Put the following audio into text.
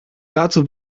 dazu